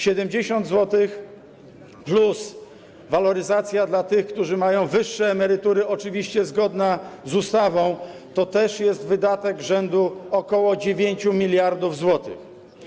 70 zł plus, waloryzacja dla tych, którzy mają wyższe emerytury, oczywiście zgodna z ustawą, to też jest wydatek rzędu ok. 9 mld zł.